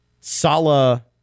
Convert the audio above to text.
Sala